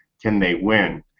can they win?